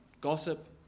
gossip